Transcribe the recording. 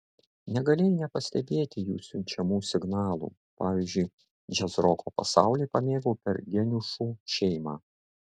negalėjai nepastebėti jų siunčiamų signalų pavyzdžiui džiazroko pasaulį pamėgau per geniušų šeimą